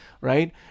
Right